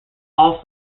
also